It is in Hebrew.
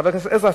חבר הכנסת עזרא,